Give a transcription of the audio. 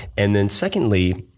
and then secondly,